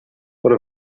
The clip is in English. what